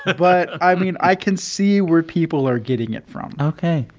but i mean, i can see where people are getting it from ok.